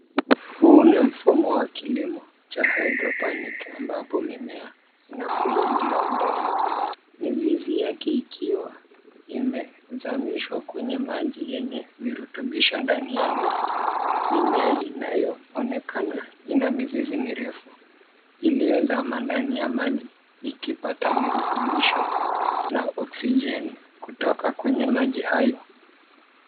Huu ni mfumo wa kilimo cha hydroponic ambapo mimea inakuzwa bila udongo. Mizizi yake ikiwa imezamishwa kwenye maji yenye virutubisho ndani ya ndoo. Mimea inayoonekana ina mizizi mirefu iliyozama ndani ya maji, ikipata virutubisho na oxygeni kutoka kwenye maji hayo.